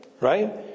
right